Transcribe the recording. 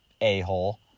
A-hole